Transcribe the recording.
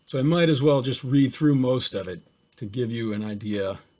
i might as well just read through most of it to give you an idea